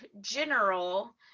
general